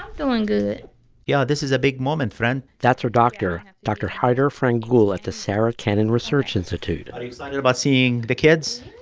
doing good yeah. this is a big moment, friend that's her doctor, dr. haydar frangoul at the sarah cannon research institute are you excited about seeing the kids?